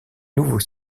nouveau